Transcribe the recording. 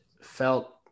felt